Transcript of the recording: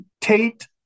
Tate